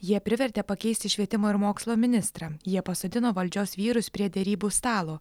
jie privertė pakeisti švietimo ir mokslo ministrą jie pasodino valdžios vyrus prie derybų stalo